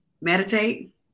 meditate